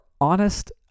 honest